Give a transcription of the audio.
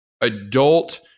Adult